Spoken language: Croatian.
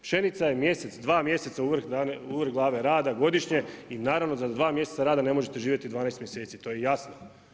Pšenica je mjesec, dva mjeseca u vrh glave rada godišnje i naravno da za dva mjeseca rada ne možete živjeti 12 mjeseci, to je jasno.